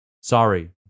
Sorry